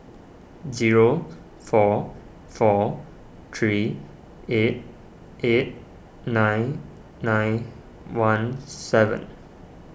zero four four three eight eight nine nine one seven